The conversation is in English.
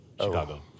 Chicago